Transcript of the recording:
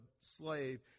slave